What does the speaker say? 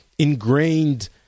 ingrained